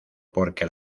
porque